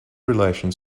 relations